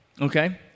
Okay